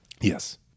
yes